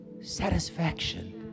satisfaction